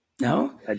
No